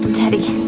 teddy.